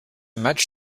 match